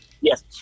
Yes